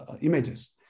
images